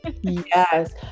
Yes